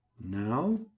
Now